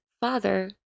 father